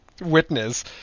witness